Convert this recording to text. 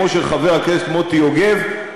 כמו של חבר הכנסת מוטי יוגב,